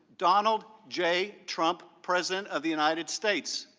donald j trump, president of the united states.